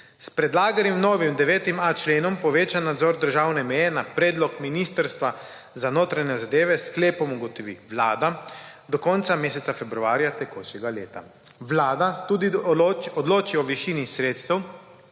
S predlaganim novim 9.a členom povečan nadzor državne meje na predlog Ministrstva za notranje zadeve s sklepom ugotovi vlada do konca meseca februarja tekočega leta. Vlada tudi odloči o višini sredstev,